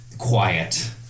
Quiet